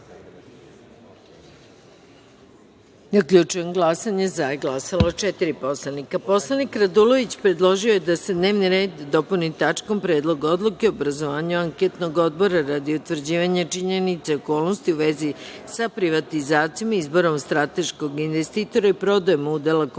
Predlog. Zaključujem glasanje: za su glasala četiri poslanika. Poslanik Radulović predložio je da se dnevni red dopuni tačkom Predlog odluke o obrazovanju anketnog odbora, radi utvrđivanja činjenica i okolnosti u vezi sa privatizacijom, izborom strateškog investitora i prodajom udela kompanije